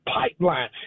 pipeline